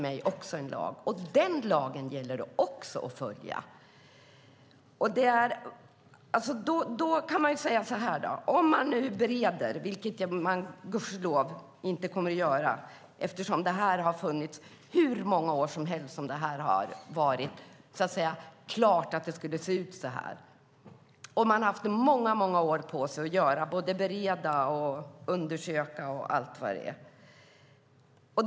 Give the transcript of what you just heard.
Man kommer gudskelov inte att bereda detta eftersom det i hur många år som helst har varit klart hur detta skulle se ut. Man har haft många år på sig att bereda, undersöka och så vidare.